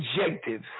objective